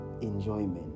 enjoyment